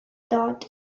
thought